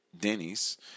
Denny's